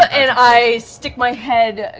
and i stick my head, ah